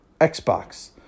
Xbox